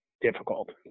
difficult